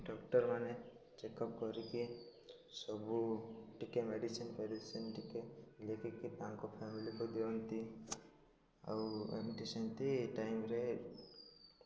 ଡକ୍ଟରମାନେ ଚେକଅପ୍ କରିକି ସବୁ ଟିକେ ମେଡ଼ିସିନ ଫେଡ଼ିସିନ ଟିକେ ଲେଖିକି ତାଙ୍କ ଫ୍ୟାମିଲିକୁ ଦିଅନ୍ତି ଆଉ ଏମିତି ସେମିତି ଟାଇମରେ